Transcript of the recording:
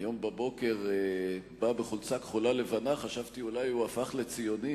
בבוקר בא בחולצה כחולה-לבנה וחשבתי אולי הוא הפך לציוני,